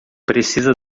precisa